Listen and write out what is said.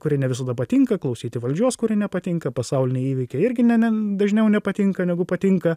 kurie ne visada patinka klausyti valdžios kuri nepatinka pasauliniai įvykiai irgi ne ne dažniau nepatinka negu patinka